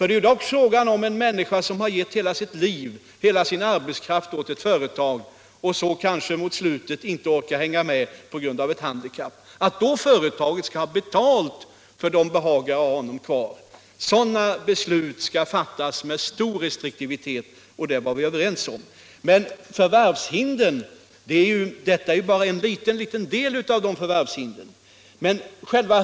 Det är dock fråga om en människa som har givit hela sitt liv, hela sin arbetskraft åt ett företag och sedan mot slutet av sitt arbetsliv inte orkar hänga med på grund av ett handikapp. Beslut om att ge ett företag betalt för att det behagar ha honom kvar skall fattas med stor restriktivitet. Det var vi som sagt överens om i utskottet. Men detta är ju bara en liten del av förvärvshindren.